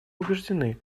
убеждены